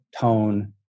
tone